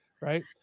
Right